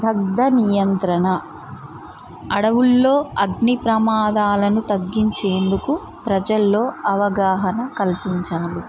దగ్ధ నియంత్రణ అడవులలో అగ్ని ప్రమాదాలను తగ్గించేందుకు ప్రజలలో అవగాహన కల్పించారు